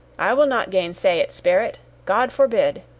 i will not gainsay it, spirit. god forbid!